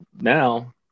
now